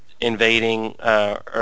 invading